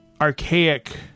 archaic